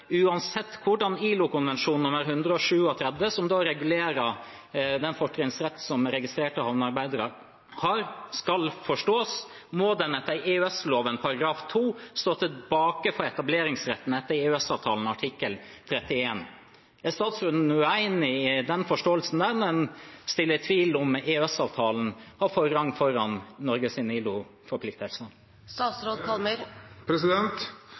uansett hvordan ILO-konvensjon nr. 137, som regulerer den fortrinnsrett som registrerte havnearbeidere har, skal forstås, må den etter EØS-loven § 2 stå tilbake for etableringsretten etter EØS-avtalens artikkel 31. Er statsråden uenig i den forståelsen – når en stiller i tvil om EØS-avtalen har forrang foran